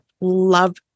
love